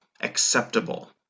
acceptable